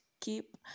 keep